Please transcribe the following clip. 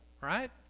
right